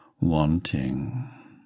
wanting